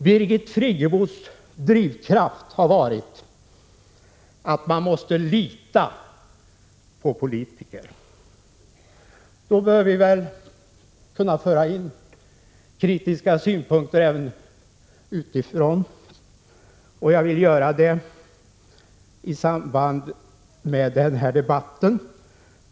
Birgit Friggebos drivkraft har varit att man måste kunna lita på politiker. Då bör vi väl kunna föra in kritiska synpunkter även utifrån, och jag vill göra det i samband med den här debatten.